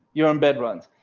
your embed, runs,